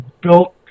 built